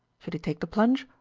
should he take the plunge,